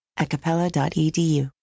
acapella.edu